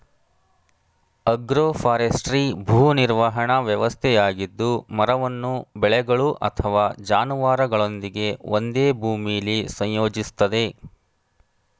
agroforestry ಭೂ ನಿರ್ವಹಣಾ ವ್ಯವಸ್ಥೆಯಾಗಿದ್ದು ಮರವನ್ನು ಬೆಳೆಗಳು ಅಥವಾ ಜಾನುವಾರುಗಳೊಂದಿಗೆ ಒಂದೇ ಭೂಮಿಲಿ ಸಂಯೋಜಿಸ್ತದೆ